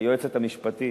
היועצת המשפטית,